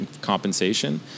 Compensation